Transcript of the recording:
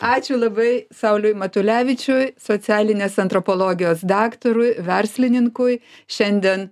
ačiū labai sauliui matulevičiui socialinės antropologijos daktarui verslininkui šiandien